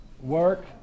Work